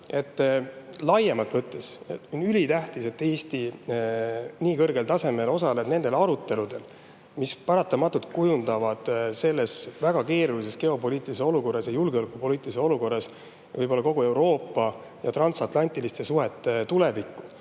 et laiemalt võttes on ülitähtis, et Eesti osaleb nii kõrgel tasemel aruteludel, mis paratamatult kujundavad praeguses väga keerulises geopoliitilises ja julgeolekupoliitilises olukorras võib-olla kogu Euroopa ja transatlantiliste suhete tulevikku.